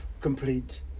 complete